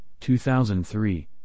2003